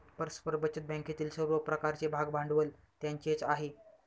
परस्पर बचत बँकेतील सर्व प्रकारचे भागभांडवल त्यांचेच आहे